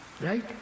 Right